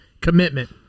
commitment